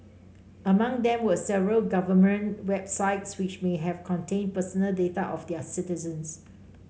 among them were several government websites which may have contained personal data of their citizens